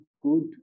good